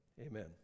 Amen